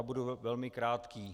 Budu velmi krátký.